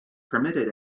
permitted